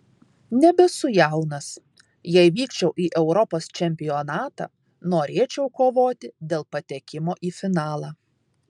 nebesu jaunas jei vykčiau į europos čempionatą norėčiau kovoti dėl patekimo į finalą